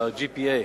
ה-GPA,